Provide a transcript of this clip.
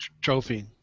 trophy